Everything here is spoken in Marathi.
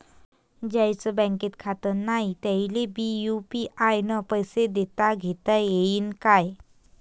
ज्याईचं बँकेत खातं नाय त्याईले बी यू.पी.आय न पैसे देताघेता येईन काय?